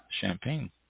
champagne